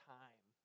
time